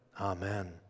Amen